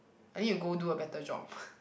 I need to go do a better job